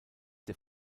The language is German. der